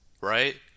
right